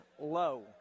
low